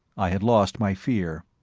i had lost my fear.